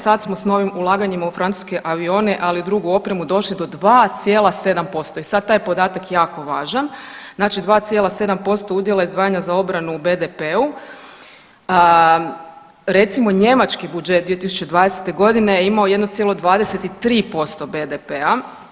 Sad smo s novim ulaganjima u francuske avione, ali i drugu opremu došli do 2,7% i sad je taj podatak jako važan, znači 2,7% udjela izdvajanja za obranu u BDP-u, recimo njemački budžet 2020.g. je imao 1,23% BDP-a.